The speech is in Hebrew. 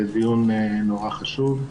זה דיון נורא חשוב.